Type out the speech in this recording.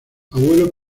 abuelo